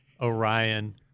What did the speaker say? orion